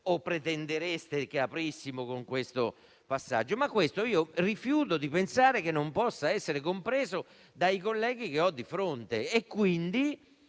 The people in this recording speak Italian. o pretendereste che aprissimo con questo passaggio. Mi rifiuto però di pensare che ciò non possa essere compreso dai colleghi che ho di fronte e quindi